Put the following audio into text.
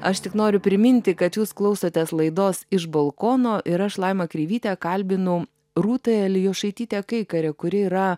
aš tik noriu priminti kad jūs klausotės laidos iš balkono ir aš laima kreivytė kalbinu rūtą elijošaitytę kaikarę kuri yra